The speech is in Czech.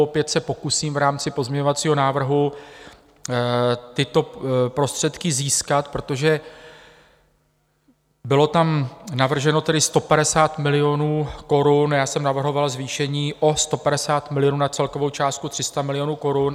Opět se pokusím v rámci pozměňovacího návrhu tyto prostředky získat, protože bylo tam navrženo 150 milionů korun, já jsem navrhoval zvýšení o 150 milionů na celkovou částku 300 milionů korun.